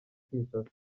kinshasa